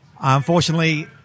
Unfortunately